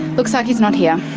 looks like he's not here.